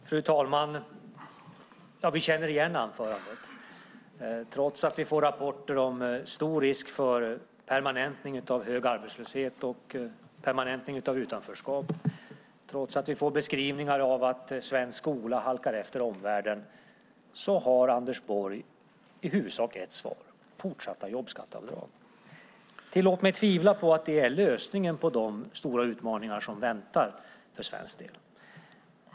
Fru talman! Vi känner igen anförandet. Trots att vi får rapporter om stor risk för permanentning av hög arbetslöshet och utanförskap, trots att vi får beskrivningar av att svensk skola halkar efter omvärlden, har Anders Borg i huvudsak ett svar, nämligen fortsatta jobbskatteavdrag. Tillåt mig tvivla på att det är lösningen på de stora utmaningar som väntar för svensk del.